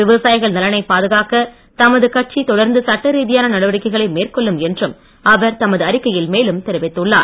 விவசாயிகள் நலனை பாதுகாக்க தமது கட்சி தொடர்ந்து சட்டரீதியான நடவடிக்கைகளை மேற்கொள்ளும் என்றும் அவர் தமது அறிக்கையில் மேலும் தெரிவித்துள்ளார்